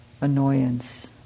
annoyance